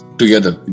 together